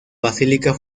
basílica